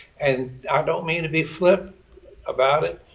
and i don't mean to be flip about it,